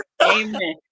Amen